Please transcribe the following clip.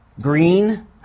green